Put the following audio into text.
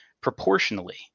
proportionally